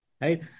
right